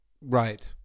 Right